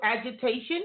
agitation